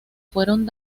fueron